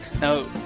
Now